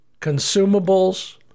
consumables